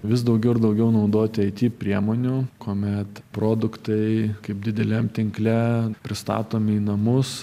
vis daugiau ir daugiau naudoti it priemonių kuomet produktai kaip dideliam tinkle pristatomi į namus